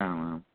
आम् आम्